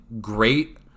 great